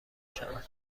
شود